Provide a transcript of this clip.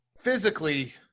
Physically